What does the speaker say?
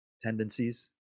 tendencies